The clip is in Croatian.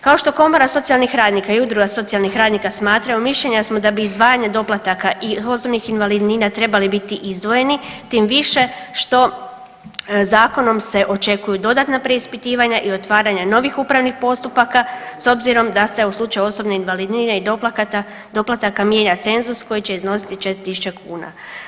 Kao što komora socijalnih radnika i udruga socijalnih radnika smatraju mišljenja smo da bi izdvajanje doplataka i osobnih invalidnina trebali biti izdvojeni tim više što zakonom se očekuju dodatna preispitivanja i otvaranja novih upravnih postupaka s obzirom da se u slučaju osobne invalidnine i doplataka mijenja cenzus koji će iznositi 4.000 kuna.